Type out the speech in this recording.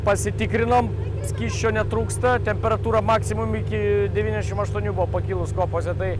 pasitikrinom skysčio netrūksta temperatūra maksimum iki devyniasdešim aštuonių buvo pakilus kopose tai